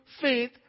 faith